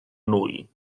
nwy